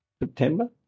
September